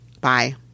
Bye